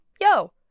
yo